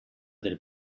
del